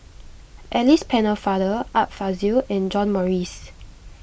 Alice Pennefather Art Fazil and John Morrice